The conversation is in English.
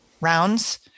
rounds